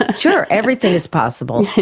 ah sure everything is possible.